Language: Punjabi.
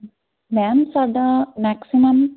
ਮੈਮ ਸਾਡਾ ਮੈਕਸੀਮਮ